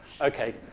Okay